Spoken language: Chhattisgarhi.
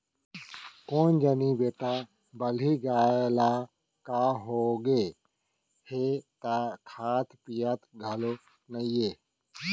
कोन जनी बेटा बलही गाय ल का होगे हे त खात पियत घलौ नइये